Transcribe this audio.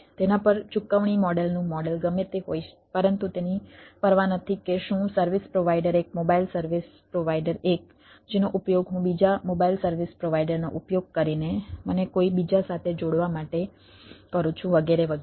તેના પર ચુકવણી મોડેલનું મોડેલ ગમે તે હોય પરંતુ તેની પરવા નથી કે શું સર્વિસ પ્રોવાઈડર એક મોબાઈલ સર્વિસ પ્રોવાઈડર 1 જેનો ઉપયોગ હું બીજા મોબાઈલ સર્વિસ પ્રોવાઈડરનો ઉપયોગ કરીને મને કોઈ બીજા સાથે જોડવા માટે કરું છું વગેરે વગેરે